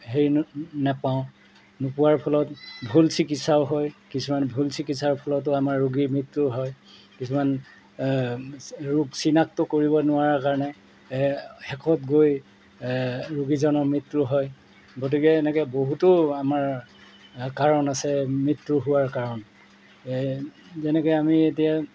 হেৰি নাপাওঁ নোপোৱাৰ ফলত ভুল চিকিৎসাও হয় কিছুমান ভুল চিকিৎসাৰ ফলতো আমাৰ ৰোগীৰ মৃত্যু হয় কিছুমান ৰোগ চিনাক্ত কৰিব নোৱাৰাৰ কাৰণে শেষত গৈ ৰোগীজনৰ মৃত্যু হয় গতিকে এনেকৈ বহুতো আমাৰ কাৰণ আছে মৃত্যু হোৱাৰ কাৰণ যেনেকৈ আমি এতিয়া